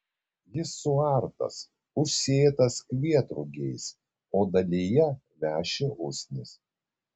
jis suartas užsėtas kvietrugiais o dalyje veši usnys